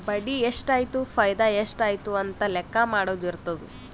ಬಡ್ಡಿ ಎಷ್ಟ್ ಆಯ್ತು ಫೈದಾ ಎಷ್ಟ್ ಆಯ್ತು ಅಂತ ಲೆಕ್ಕಾ ಮಾಡದು ಇರ್ತುದ್